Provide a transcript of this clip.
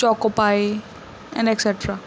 choco pie and etcetera